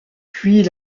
puis